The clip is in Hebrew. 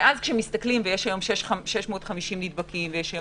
ואז, כשרואים 650 נדבקים, ושוב 650,